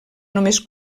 només